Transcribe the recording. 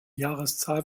jahreszahl